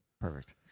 Perfect